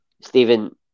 Stephen